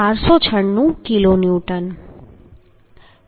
496 કિલોન્યુટનમાં